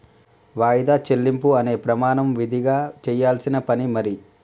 వాయిదా చెల్లింపు అనే ప్రమాణం విదిగా చెయ్యాల్సిన పని మరి